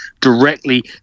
directly